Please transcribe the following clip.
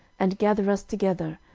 and gather us together,